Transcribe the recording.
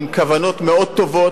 עם כוונות מאוד טובות.